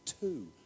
two